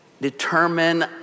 determine